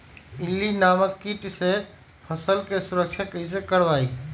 इल्ली नामक किट से फसल के सुरक्षा कैसे करवाईं?